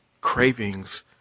cravings